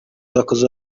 n’abakozi